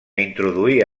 introduir